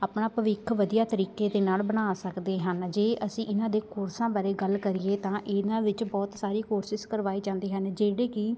ਆਪਣਾ ਭਵਿੱਖ ਵਧੀਆ ਤਰੀਕੇ ਦੇ ਨਾਲ ਬਣਾ ਸਕਦੇ ਹਨ ਜੇ ਅਸੀਂ ਇਹਨਾਂ ਦੇ ਕੋਰਸਾਂ ਬਾਰੇ ਗੱਲ ਕਰੀਏ ਤਾਂ ਇਹਨਾਂ ਵਿੱਚ ਬਹੁਤ ਸਾਰੇ ਕੋਰਸਿਸ ਕਰਵਾਏ ਜਾਂਦੇ ਹਨ ਜਿਹੜੇ ਕਿ